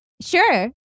Sure